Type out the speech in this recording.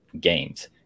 games